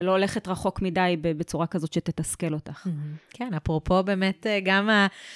לא הולכת רחוק מדי בצורה כזאת שתתסכל אותך. כן, אפרופו באמת גם ה...